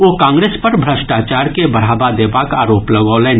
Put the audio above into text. ओ कांग्रेस पर भ्रष्टाचार के बढ़ावा देबाक आरोप लगौलनि